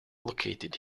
located